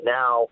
now